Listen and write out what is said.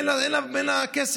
אין עליה כסף,